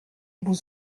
vous